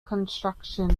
construction